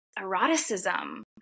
eroticism